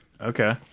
Okay